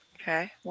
Okay